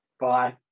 bye